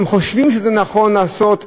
והם חושבים שזה נכון לעשות כינוסים,